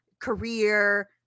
career